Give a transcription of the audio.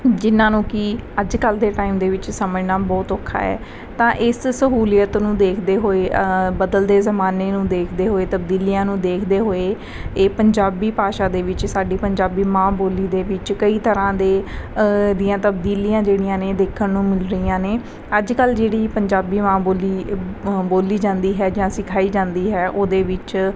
ਜਿਹਨਾਂ ਨੂੰ ਕਿ ਅੱਜ ਕੱਲ੍ਹ ਦੇ ਟਾਈਮ ਦੇ ਵਿੱਚ ਸਮਝਣਾ ਬਹੁਤ ਔਖਾ ਹੈ ਤਾਂ ਇਸ ਸਹੂਲੀਅਤ ਨੂੰ ਦੇਖਦੇ ਹੋਏ ਬਦਲਦੇ ਜ਼ਮਾਨੇ ਨੂੰ ਦੇਖਦੇ ਹੋਏ ਤਬਦੀਲੀਆਂ ਨੂੰ ਦੇਖਦੇ ਹੋਏ ਇਹ ਪੰਜਾਬੀ ਭਾਸ਼ਾ ਦੇ ਵਿੱਚ ਸਾਡੀ ਪੰਜਾਬੀ ਮਾਂ ਬੋਲੀ ਦੇ ਵਿੱਚ ਕਈ ਤਰ੍ਹਾਂ ਦੇ ਦੀਆਂ ਤਬਦੀਲੀਆਂ ਜਿਹੜੀਆਂ ਨੇ ਦੇਖਣ ਨੂੰ ਮਿਲ ਰਹੀਆਂ ਨੇ ਅੱਜ ਕੱਲ੍ਹ ਜਿਹੜੀ ਪੰਜਾਬੀ ਮਾਂ ਬੋਲੀ ਬੋਲੀ ਜਾਂਦੀ ਹੈ ਜਾਂ ਸਿਖਾਈ ਜਾਂਦੀ ਹੈ ਉਹਦੇ ਵਿੱਚ